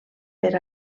per